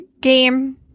game